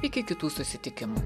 iki kitų susitikimų